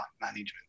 management